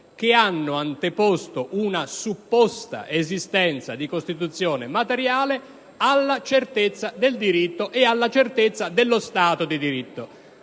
che hanno anteposto una supposta esistenza di Costituzione materiale alla certezza del diritto e alla certezza dello Stato di diritto.